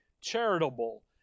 charitable